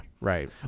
right